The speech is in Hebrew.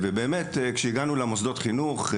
וכשהגענו גילינו שהם